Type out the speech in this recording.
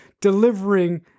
delivering